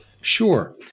Sure